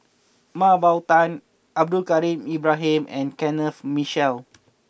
Mah Bow Tan Abdul Kadir Ibrahim and Kenneth Mitchell